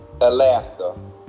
Alaska